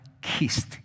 kissed